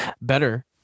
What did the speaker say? better